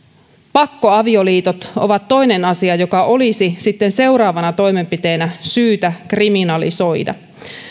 pakkoavioliitot ovat toinen asia joka olisi sitten seuraavana toimenpiteenä syytä kriminalisoida